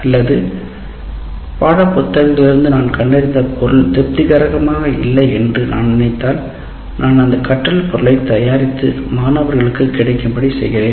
அல்லது பாடப்புத்தகங்களில் நான் கண்டறிந்த பொருள் திருப்திகரமாக இல்லை என்று நான் நினைத்தால் நான் அந்த பொருளைத் தயாரித்து மாணவர்களுக்கு கிடைக்கும் படி செய்கிறேன்